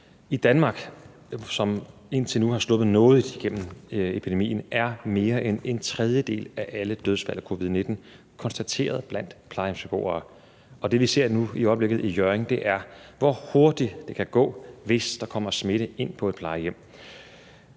I Danmark, som indtil nu er sluppet nådigt igennem epidemien, er mere end en tredjedel af alle dødsfald med covid-19 konstateret blandt plejehjemsbeboere, og det, vi ser i øjeblikket i Hjørring, er, hvor hurtigt det kan gå, hvis der kommer smitte ind på et plejehjem.